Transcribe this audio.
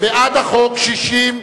בעד החוק, 60,